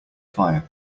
fire